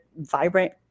vibrant